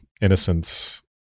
innocence